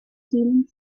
stealing